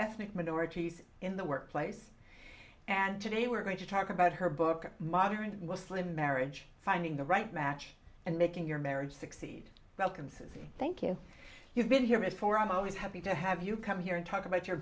ethnic minorities in the workplace and today we're going to talk about her book modern muslim marriage finding the right match and making your marriage succeed welcomes thank you you've been here before i'm always happy to have you come here and talk about your